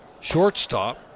shortstop